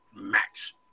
max